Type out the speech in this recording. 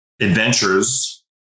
adventures